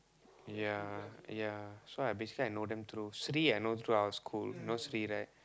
ya ya so I basically I know them through Sri I know through our school you know Sri right